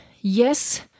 Yes